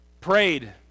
prayed